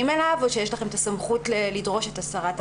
אליו או שיש לכם את הסמכות לדרוש את הסרת התכנים?